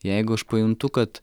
jeigu aš pajuntu kad